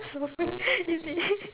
ask your friend is it